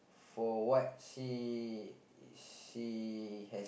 for what she she has